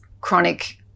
chronic